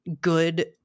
good